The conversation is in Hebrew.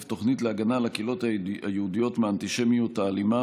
תוכנית להגנה על הקהילות היהודיות מהאנטישמיות האלימה,